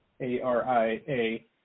A-R-I-A